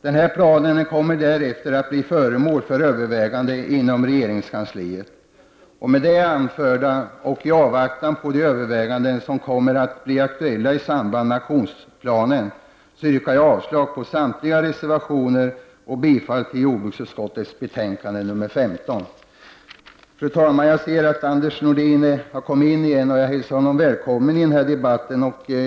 Denna plan kommer därefter att bli föremål för övervägande inom regeringskansliet. Med det anförda och i avvaktan på de överväganden som kommer att bli aktuella i samband med aktionsplanen yrkar jag avslag på samtliga reservationer och bifall till hemställan i jordbruksutskottets betänkande nr 15. Fru talman! Jag ser att Anders Nordin har kommit in i kammaren igen, och jag hälsar honom välkommen i debatten.